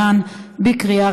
חסון,